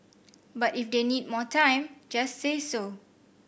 but if they need more time just say so